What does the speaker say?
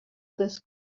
this